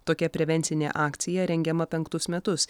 tokia prevencinė akcija rengiama penktus metus